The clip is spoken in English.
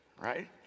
right